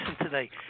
today